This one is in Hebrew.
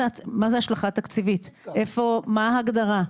מה ההגדרה של: